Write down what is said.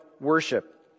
worship